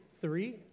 three